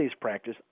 practice